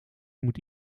moet